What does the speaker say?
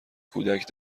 کودک